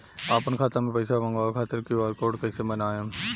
आपन खाता मे पईसा मँगवावे खातिर क्यू.आर कोड कईसे बनाएम?